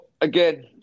again